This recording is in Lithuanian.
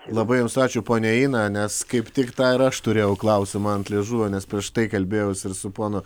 labai jums ačiū ponia ina nes kaip tik tą ir aš turėjau klausimą ant liežuvio nes prieš tai kalbėjausi ir su ponu